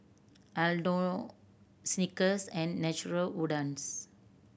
Aldo Snickers and Natural Wonders